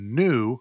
new